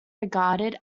regarded